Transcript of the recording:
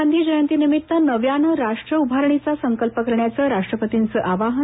गांधी जयंतीनिमित्त नव्यानं राष्ट्र उभारणीचा संकल्प करण्याचं राष्ट्रपतींचं आवाहन